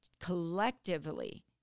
collectively